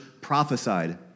prophesied